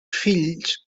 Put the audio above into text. fills